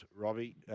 Robbie